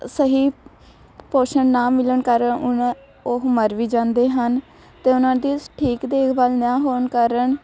ਸਹੀ ਪੋਸ਼ਣ ਨਾ ਮਿਲਣ ਕਾਰਨ ਉਨ੍ਹਾਂ ਉਹ ਮਰ ਵੀ ਜਾਂਦੇ ਹਨ ਅਤੇ ਉਹਨਾਂ ਦੀ ਸ ਠੀਕ ਦੇਖ ਭਾਲ ਨਾ ਹੋਣ ਕਾਰਨ